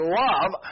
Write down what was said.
love